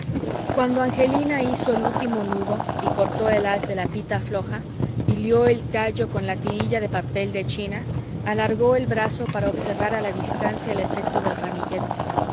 cuando angelina hizo el último nudo y cortó el haz de pita floja y lió el tallo con una tirilla de papel de china alargó el brazo para observar a la distancia el efecto del ramillete